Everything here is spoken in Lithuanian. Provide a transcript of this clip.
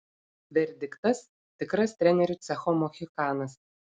verdiktas tikras trenerių cecho mohikanas